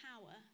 power